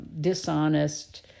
dishonest